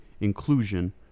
inclusion